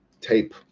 tape